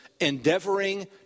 endeavoring